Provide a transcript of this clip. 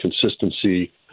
consistency